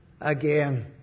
again